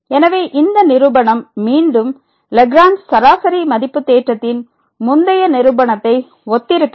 எனவே இந்த நிரூபணம் மீண்டும் லக்ரேஞ்ச் சராசரி மதிப்பு தேற்றத்தின் முந்தைய நிரூபணத்தை ஒத்திருக்கிறது